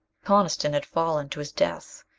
coniston had fallen to his death.